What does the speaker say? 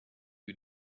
you